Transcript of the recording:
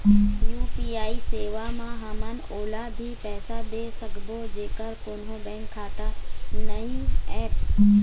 UPI सेवा म हमन ओला भी पैसा दे सकबो जेकर कोन्हो बैंक खाता नई ऐप?